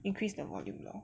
increase the volume lor